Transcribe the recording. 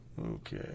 okay